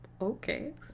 okay